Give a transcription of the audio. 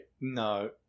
no